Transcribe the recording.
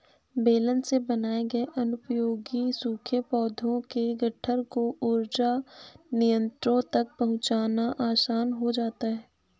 baler से बनाए गए अनुपयोगी सूखे पौधों के गट्ठर को ऊर्जा संयन्त्रों तक पहुँचाना आसान हो जाता है